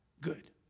good